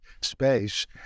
space